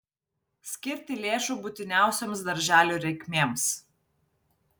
skirti lėšų būtiniausioms darželių reikmėms